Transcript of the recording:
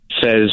says